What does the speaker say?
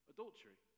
Adultery